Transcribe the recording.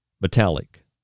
metallic